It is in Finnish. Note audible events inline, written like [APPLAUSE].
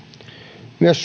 myös [UNINTELLIGIBLE]